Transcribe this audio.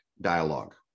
dialogue